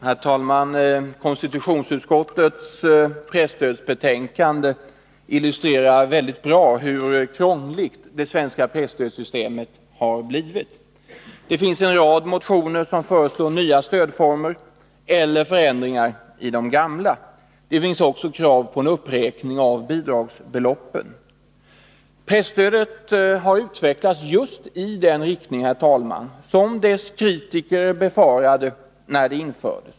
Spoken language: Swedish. Herr talman! Konstitutionsutskottets presstödsbetänkande illustrerar bra hur krångligt det svenska presstödet blivit. I en rad motioner föreslås nya stödformer eller förändringar i de gamla. Det finns också krav på uppräkning av de utgående bidragsbeloppen. Presstödet har utvecklats i den riktning som dess kritiker befarade när det infördes.